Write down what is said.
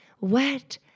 wet